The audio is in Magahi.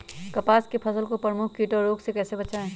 कपास की फसल को प्रमुख कीट और रोग से कैसे बचाएं?